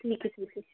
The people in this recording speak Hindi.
ठीक हे ठीक हे